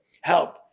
help